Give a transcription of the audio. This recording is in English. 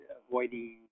avoiding